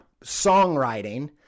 songwriting